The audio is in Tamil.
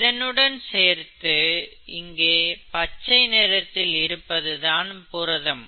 இதனுடன் சேர்த்து இங்கே பச்சை நிறத்தில் இருப்பதுதான் புரதம்